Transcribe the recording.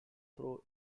through